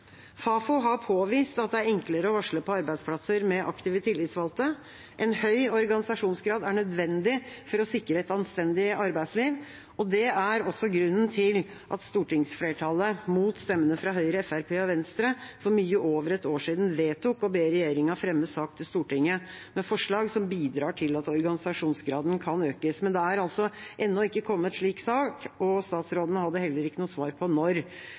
Fafo har påvist at det er enklere å varsle på arbeidsplasser med aktive tillitsvalgte. En høy organisasjonsgrad er nødvendig for å sikre et anstendig arbeidsliv. Det er også grunnen til at stortingsflertallet – mot stemmene fra Høyre, Fremskrittspartiet og Venstre – for mye over et år siden vedtok å be regjeringa fremme en sak for Stortinget med forslag som bidrar til at organisasjonsgraden kan økes. Men det har ennå ikke kommet en slik sak, og statsråden hadde heller ikke noe svar på når